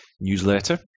newsletter